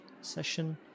session